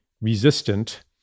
resistant